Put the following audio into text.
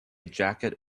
jacket